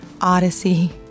Odyssey